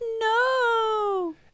No